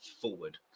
forward